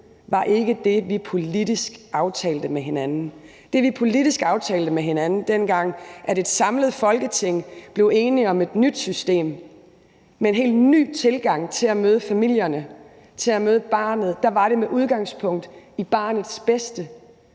var ikke det, som vi politisk aftalte med hinanden. Det, vi politisk aftalte med hinanden, dengang et samlet Folketing blev enige om et nyt system med en helt ny tilgang til at møde familierne, til at møde barnet, var, at det skulle tage udgangspunkt i barnets bedste;